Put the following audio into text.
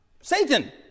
Satan